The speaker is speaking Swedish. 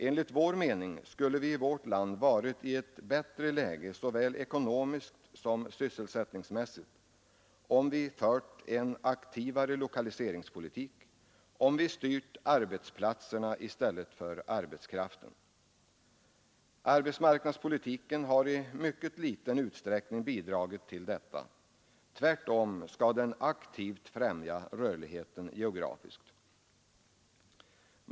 Enligt vår mening skulle vi i vårt land ha varit i ett bättre läge, såväl ekonomiskt som sysselsättningsmässigt, om vi hade fört en aktivare lokaliseringspolitik, om vi hade styrt arbetsplatserna i stället för arbetskraften. Arbetsmarknadspolitiken har i mycket liten utsträckning bidragit till detta. Tvärtom skall den aktivt främja rörligheten geografiskt.